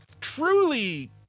truly